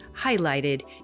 highlighted